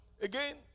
again